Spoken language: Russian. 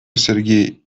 сергей